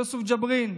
יוסף ג'בארין,